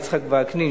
יצחק וקנין,